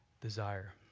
desire